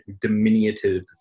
diminutive